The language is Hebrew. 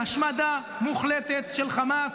השמדה מוחלטת של חמאס,